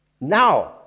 Now